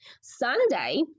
Sunday